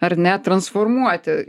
ar ne transformuoti